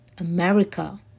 America